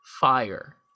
fire